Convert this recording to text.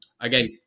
again